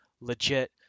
legit